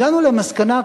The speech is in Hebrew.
הגענו למסקנה,